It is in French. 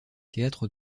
théâtres